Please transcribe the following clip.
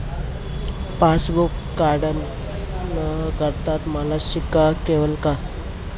Passbook update न करता मला शिल्लक कळेल का?